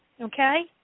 okay